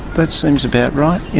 that seems about right.